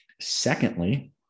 Secondly